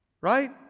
right